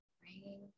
bringing